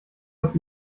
aus